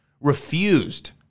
refused